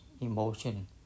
emotion